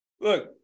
Look